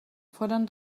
foren